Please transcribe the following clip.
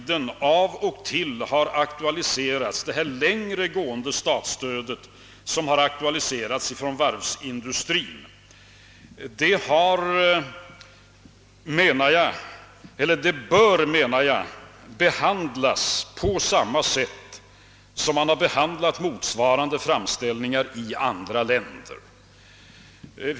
Detta längre gående statsstöd, som av och till har aktualiserats från varvsindustrins sida på senare tid, bör enligt min mening behandlas på samma sätt som skett med motsvarande framställningar i andra länder.